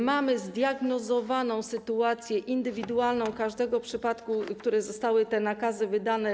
Mamy zdiagnozowaną sytuację indywidualną każdego przypadku, w którym zostały te nakazy wydane.